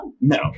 No